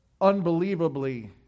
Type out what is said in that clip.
unbelievably